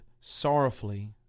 sorrowfully